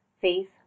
faith